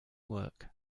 work